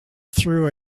through